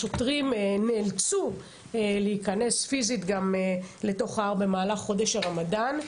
השוטרים נאלצו להיכנס פיזית לתוך ההר במהלך חודש הרמדאן.